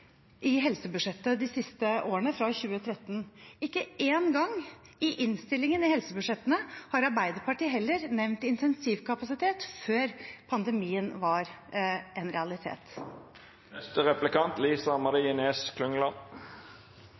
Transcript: i helsebudsjettet de siste årene, fra 2013. Ikke én gang i innstillingene i helsebudsjettene har heller Arbeiderpartiet nevnt intensivkapasitet før pandemien var en realitet.